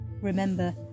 remember